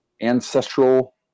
ancestral